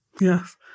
Yes